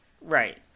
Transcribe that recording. Right